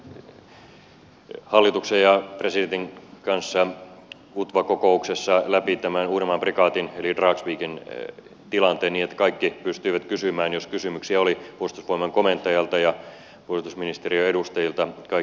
me todella kävimme tänään hallituksen ja presidentin kanssa utva kokouksessa läpi tämän uudenmaan prikaatin eli dragsvikin tilanteen niin että kaikki pystyivät kysymään jos kysymyksiä oli puolustusvoimain komentajalta ja puolustusministeriön edustajilta kaikki kysymykset